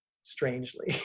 strangely